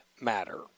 matter